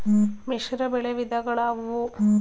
ಮಿಶ್ರಬೆಳೆ ವಿಧಗಳಾವುವು?